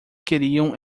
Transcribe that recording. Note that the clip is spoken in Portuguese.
queriam